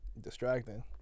distracting